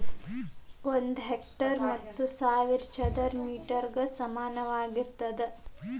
ಒಂದ ಹೆಕ್ಟೇರ್ ಹತ್ತು ಸಾವಿರ ಚದರ ಮೇಟರ್ ಗ ಸಮಾನವಾಗಿರತೈತ್ರಿ